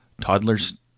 toddlers